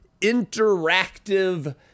interactive